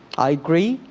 i agree,